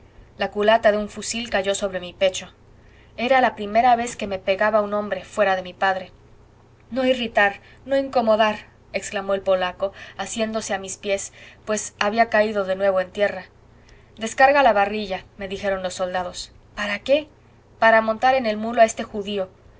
la culata de un fusil cayó sobre mi pecho era la primera vez que me pegaba un hombre fuera de mi padre no irritar no incomodar exclamó el polaco asiéndose a mis pies pues había caído de nuevo en tierra descarga la barrilla me dijeron los soldados para qué para montar en el mulo a este judío